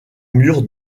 mur